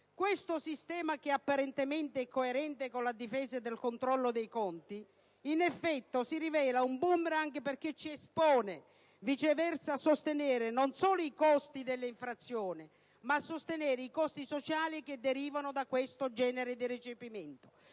Questo sistema, che apparentemente è coerente con la difesa del controllo dei conti, in effetti si rivela un *boomerang* perché ci espone viceversa a sostenere non solo i costi dell'infrazione, ma anche quelli sociali che derivano da questo genere di recepimento.